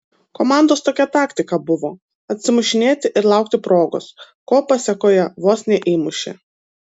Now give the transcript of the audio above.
komandos tokia taktika buvo atsimušinėti ir laukti progos ko pasėkoje vos neįmušė